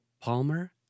Palmer